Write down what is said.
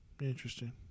Interesting